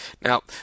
Now